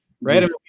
Right